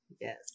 Yes